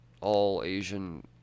all-Asian